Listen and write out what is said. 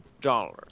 dollars